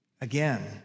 again